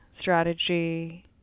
strategy